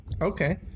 Okay